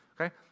okay